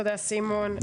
תודה סימון.